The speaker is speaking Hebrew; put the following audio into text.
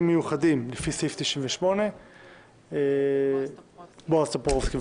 מיוחדים לפי סעיף 98. בועז טופורובסקי,